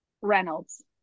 Reynolds